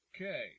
Okay